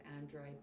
Android